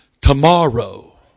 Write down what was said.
tomorrow